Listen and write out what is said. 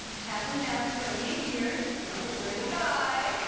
and happily married thirty eight years. nice. great guy,